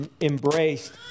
embraced